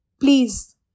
Please